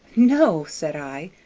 no, said i,